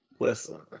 Listen